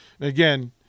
Again